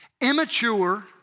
immature